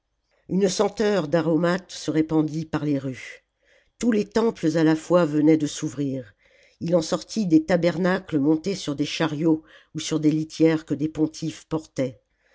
une senteur d'aromates se répandit par les rues tous les temples à la fois venaient de s'ouvrir il en sortit des tabernacles montés sur des chariots ou sur des litières que des pontifes portaient